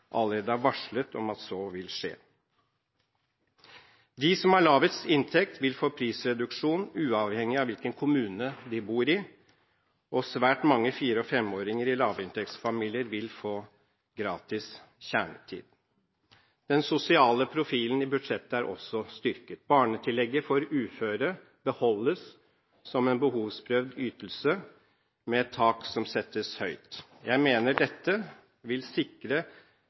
allerede har varslet om at så vil skje. De som har lavest inntekt, vil få prisreduksjon, uavhengig av hvilken kommune de bor i, og svært mange fire- og femåringer i lavinntektsfamilier vil få gratis kjernetid. Den sosiale profilen i budsjettet er også styrket. Barnetillegget for uføre beholdes som en behovsprøvd ytelse med et tak som settes høyt. Jeg mener dette vil sikre